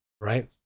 right